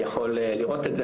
יכול לראות את זה.